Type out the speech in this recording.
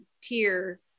tier